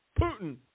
Putin